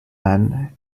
man